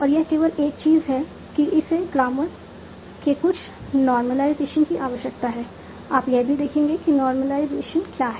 और यह केवल एक चीज है कि इसे ग्रामर के कुछ नॉर्मलाइजेशन की आवश्यकता है आप यह भी देखेंगे कि नॉर्मलाइजेशन क्या है